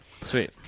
Sweet